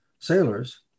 sailors